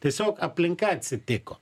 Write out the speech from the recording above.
tiesiog aplinka atsitiko